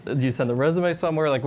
do you send a resume somewhere? like,